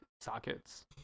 sockets